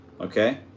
Okay